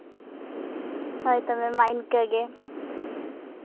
ᱦᱳᱭ ᱛᱚᱵᱮ ᱢᱟ ᱤᱱᱠᱟᱜᱮ